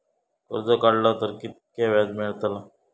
कर्ज काडला तर कीतक्या व्याज मेळतला?